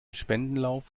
spendenlauf